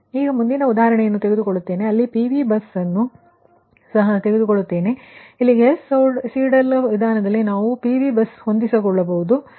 ಈಗ ಮುಂದಿನ ಉದಾಹರಣೆಯನ್ನು ತೆಗೆದುಕೊಳ್ಳುತ್ತೇನೆ ಅದರಲ್ಲಿ ನಾನು PV ಬಸ್ಸನ್ನು ಸಹ ಪರಿಗಣಿಸುತ್ತೇನೆ ಮತ್ತು ಗೌಸ್ ಸೀಡೆಲ್ ವಿಧಾನದಲ್ಲಿ ನಾವು PV ಬಸ್ಸನ್ನು ಹೊಂದಿಸಿಕೊಳ್ಳಬಹುದು ಎಂದು ನೀವು ನೋಡಬಹುದು